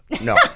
no